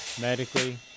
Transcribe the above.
medically